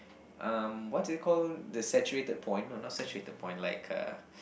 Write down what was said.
um what is it call the saturated point no not saturated point like a